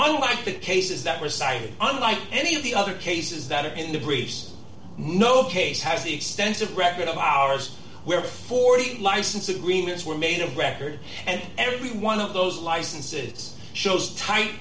unlike the cases that were cited unlike any of the other cases that are in the briefs no case has the extensive record of hours where forty eight license agreements were made of record and every one of those licenses shows tight